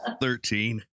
thirteen